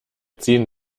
ziehen